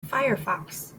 firefox